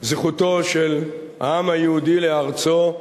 זכותו של העם היהודי לארצו,